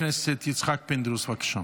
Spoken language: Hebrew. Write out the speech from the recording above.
חבר הכנסת יצחק פינדרוס, בבקשה.